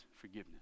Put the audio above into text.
forgiveness